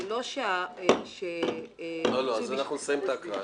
הוא לא --- קודם נסיים את ההקראה.